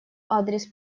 адрес